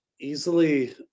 easily